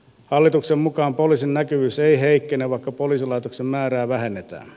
hallituksen mukaan poliisin näkyvyys ei heikkene vaikka poliisilaitosten määrää vähennetään